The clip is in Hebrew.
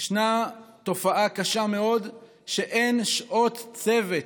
התופעה הקשה מאוד שאין שעות צוות.